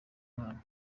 mwana